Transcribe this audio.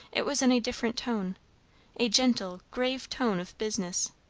it was in a different tone a gentle, grave tone of business.